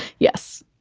yes.